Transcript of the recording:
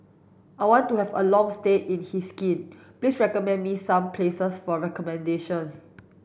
I want to have a long stay in Helsinki please recommend me some places for accommodation